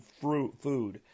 food